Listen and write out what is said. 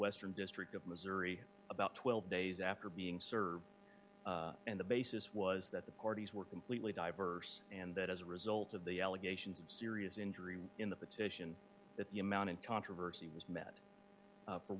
western district of missouri about twelve days after being served and the basis was that the parties were completely diverse and that as a result of the allegations of serious injury in the petition that the amount of controversy was m